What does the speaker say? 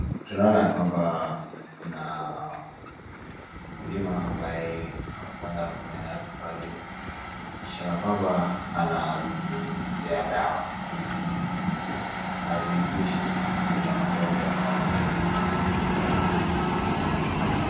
Tunaona ya kwamba kuna mkulima ambaye amepanda mimea yake pale kana kwamba anazinyunyizia dawa ili aziepushe dhidi ya magonjwa au maradhi yanayokumbana na ukulima.